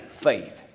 faith